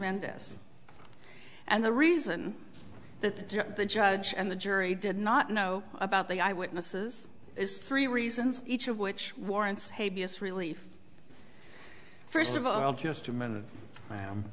mendez and the reason that the judge and the jury did not know about the eye witnesses is three reasons each of which warrants hey b s relief first of all just a minute